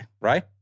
Right